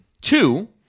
Two